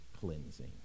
cleansing